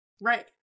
Right